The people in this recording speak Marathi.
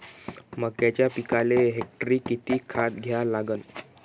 मक्याच्या पिकाले हेक्टरी किती खात द्या लागन?